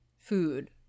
food